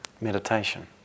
meditation